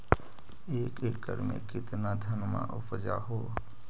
एक एकड़ मे कितना धनमा उपजा हू?